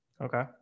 okay